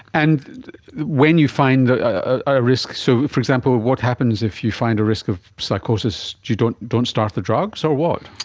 and when you find a risk, so, for example, what happens if you find a risk of psychosis? you don't don't start the drugs, or what?